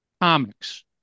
comics